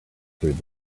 through